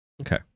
Okay